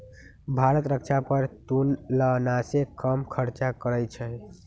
भारत रक्षा पर तुलनासे कम खर्चा करइ छइ